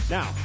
Now